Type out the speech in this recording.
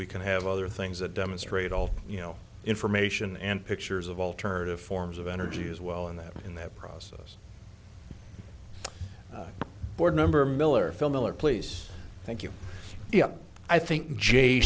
we can have other things that demonstrate all you know information and pictures of alternative forms of energy as well and that in that process board member miller phil miller place thank you i think jay